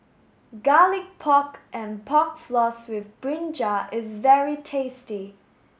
garlic pork and pork floss with brinjal is very tasty